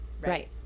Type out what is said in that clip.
Right